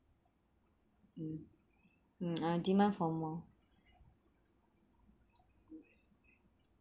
um um I'll demand for more